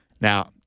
Now